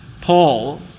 Paul